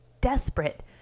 desperate